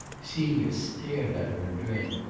celia stared at her in dread.